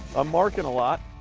i'm marking a lot.